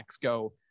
go